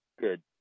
Good